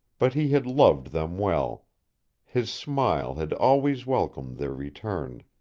but he had loved them well his smile had always welcomed their return.